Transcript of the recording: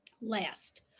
last